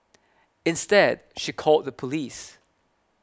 instead she called the police